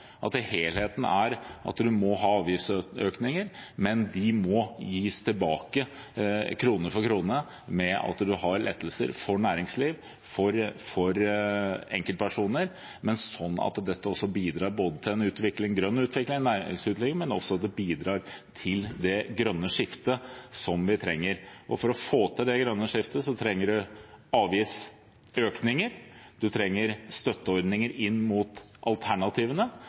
at en må ha avgiftsøkninger, men at de må gis tilbake, krone for krone, ved lettelser for næringslivet og enkeltpersoner, men på en sånn måte at det bidrar til både en grønn næringsutvikling og det grønne skiftet, som vi trenger. For å få til det grønne skiftet trenger en avgiftsøkninger, støtteordninger inn mot alternativene